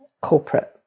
corporate